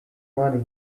money